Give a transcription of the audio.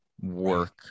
work